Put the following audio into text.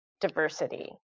diversity